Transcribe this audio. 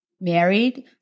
married